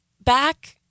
back